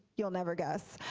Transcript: you'll never guess.